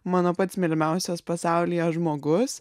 mano pats mylimiausias pasaulyje žmogus